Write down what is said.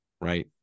Right